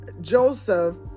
Joseph